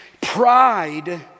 pride